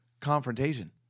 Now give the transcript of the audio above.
confrontation